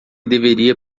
deveria